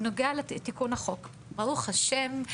בנוגע לתיקון החוק - ברוך השם,